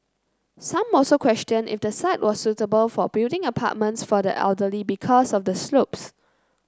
some also questioned if the site was suitable for building apartments for the elderly because of the slopes